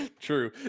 True